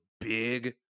big